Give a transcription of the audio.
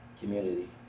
community